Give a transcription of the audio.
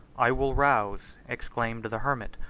i will rouse, exclaimed the hermit,